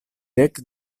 dek